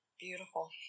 beautiful